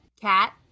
cat